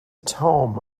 tome